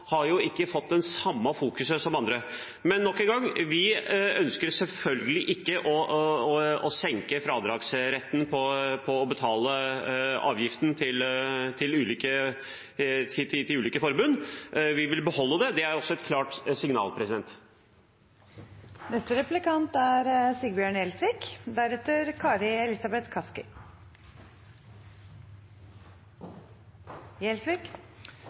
ikke har fått det samme fokuset. Men nok en gang: Vi ønsker selvfølgelig ikke å senke fradragsretten for avgiften til ulike forbund. Vi vil beholde det. Det er også et klart signal.